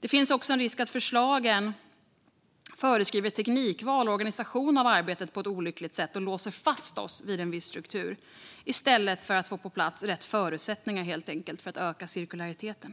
Det finns också en risk att förslagen föreskriver teknikval och organisation av arbetet som på ett olyckligt sätt kan låsa fast oss vid en viss struktur. I stället borde vi helt enkelt få rätt förutsättningar på plats för att öka cirkulariteten.